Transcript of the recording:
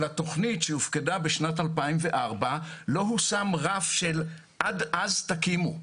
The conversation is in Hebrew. לתכנית שהופקדה בשנת 2004 לא הושם רף של "עד אז תקימו,